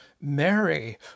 Mary